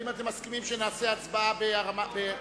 האם אתם מסכימים שנעשה הצבעה בהרמת יד?